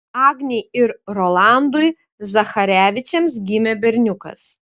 agnei ir rolandui zacharevičiams gimė berniukas